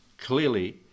Clearly